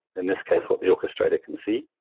in this case, what the orchestrator can see.